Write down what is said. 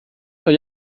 zur